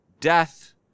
Death